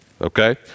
okay